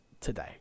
today